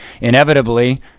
Inevitably